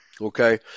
okay